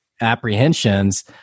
apprehensions